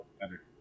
better